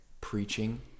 preaching